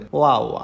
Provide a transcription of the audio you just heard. wow